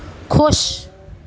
ਖੁਸ਼